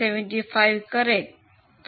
75 કરે તો